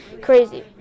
crazy